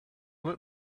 lit